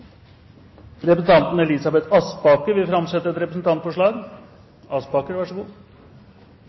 Representanten Elisabeth Aspaker vil framsette et representantforslag.